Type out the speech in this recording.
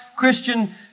Christian